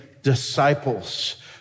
disciples